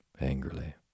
angrily